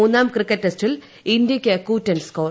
മൂന്നാം ക്രിക്കറ്റ് ടെസ്റ്റിൽ ഇന്ത്യക്ക് കൂറ്റൻ സ്കോർ